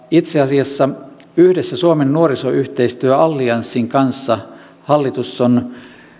itse asiassa yhdessä suomen nuorisoyhteistyö allianssin kanssa hallitus on